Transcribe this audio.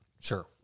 sure